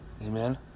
Amen